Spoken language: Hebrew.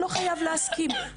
לא חייב להסכים,